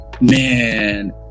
Man